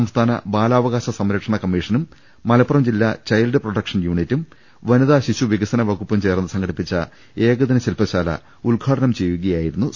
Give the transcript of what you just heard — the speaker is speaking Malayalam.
സംസ്ഥാന ബാലാവകാശ സംരക്ഷണ കമ്മി ഷനും മലപ്പുറം ജില്ലാ ചൈൽഡ് പ്രൊട്ടക്ഷൻ യൂണിറ്റും വനിതാ ശിശു വികസന്റവകുപ്പും ചേർന്ന് സംഘടിപ്പിച്ച ഏകദിന ശിൽപ ശാല ഉദ്ഘാടനം ചെയ്യുകയായിരുന്നു സ്പീക്കർ